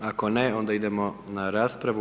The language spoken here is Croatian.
Ako ne, onda idemo na raspravu.